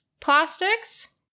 plastics